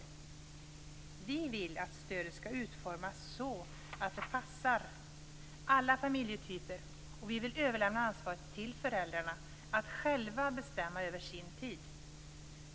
Vi vill att stödet skall utformas så att det passar alla familjetyper, och vi vill överlämna ansvaret till föräldrarna att själva bestämma över sin tid.